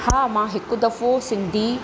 हा मां हिकु दफ़ो सिंधी